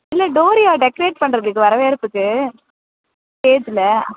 இல்லை டோரியா டெக்ரேட் பண்ணுறதுக்கு வரவேற்புக்கு ஸ்டேஜில்